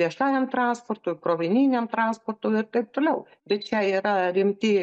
viešajam transportui krovininiam transportui taip toliau tai čia yra rimti